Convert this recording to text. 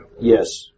Yes